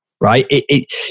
right